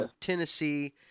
Tennessee